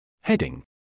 Heading